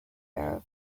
bearer